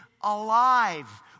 alive